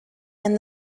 and